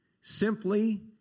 Simply